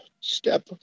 step